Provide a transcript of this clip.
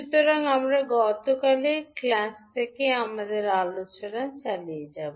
সুতরাং আমরা গতকালের ক্লাস থেকে আমাদের আলোচনা চালিয়ে যাব